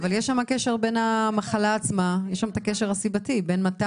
אם הוא הולך למכון דימות ומביא את